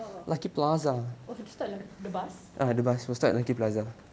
oh oh the stop the bus